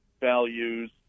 values